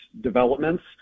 developments